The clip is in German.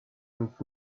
und